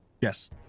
Yes